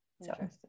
Interesting